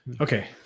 Okay